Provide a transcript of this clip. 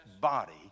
body